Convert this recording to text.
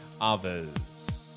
others